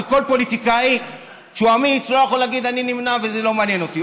וכל פוליטיקאי שהוא אמיץ לא יכול להגיד: אני נמנע וזה לא מעניין אותי.